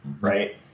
right